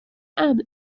امن